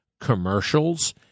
commercials